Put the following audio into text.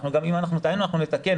אם טעינו, אנחנו נתקן.